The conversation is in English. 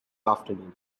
afternoon